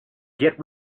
get